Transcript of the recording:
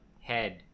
head